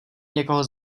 někoho